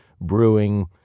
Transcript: brewing